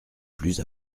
plus